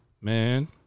Man